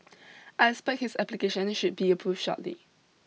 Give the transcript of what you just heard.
I expect his application should be approved shortly